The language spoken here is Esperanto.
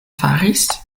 faris